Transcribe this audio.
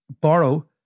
borrow